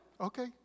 Okay